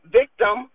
victim